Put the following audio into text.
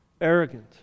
arrogant